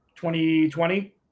2020